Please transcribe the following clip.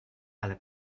ale